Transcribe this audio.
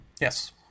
Yes